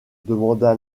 demanda